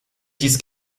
dies